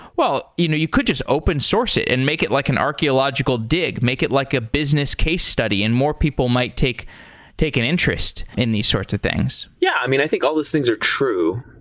well, you know you could just open source it and make it like an archaeological dig. make it like a business case study and more people might take take an interest in these sorts of things. yeah. i mean, i think all these things are true,